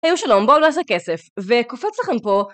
היו שלום, בואו נעשה כסף, וקופץ לכם פה.